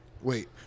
Wait